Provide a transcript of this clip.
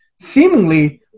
seemingly